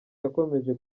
yakomeje